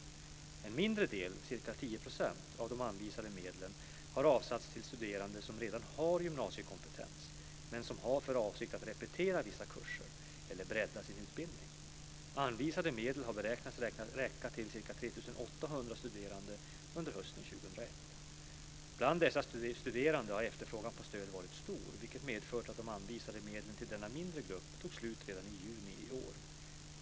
En mindre del, ca 10 %, av de anvisade medlen har avsatts till studerande som redan har gymnasiekompetens men som har för avsikt att repetera vissa kurser eller bredda sin utbildning. Anvisade medel har beräknats räcka till ca 3 800 studerande under hösten 2001. Bland dessa studerande har efterfrågan på stöd varit stor, vilket medfört att de anvisade medlen till denna mindre grupp tog slut redan i juni i år.